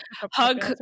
Hug